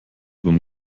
beim